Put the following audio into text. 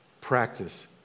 practice